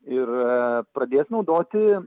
ir pradės naudoti